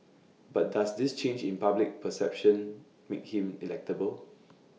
but does this change in public perception make him electable